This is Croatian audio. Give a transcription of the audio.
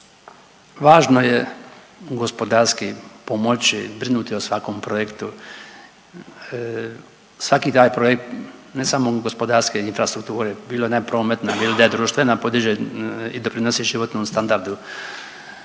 Važno je gospodarski pomoći brinuti o svakom projektu. Svaki taj projekt ne samo gospodarske infrastrukture bilo da je prometna bilo da je društvena podiže doprinosi životnom standardu